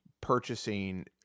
purchasing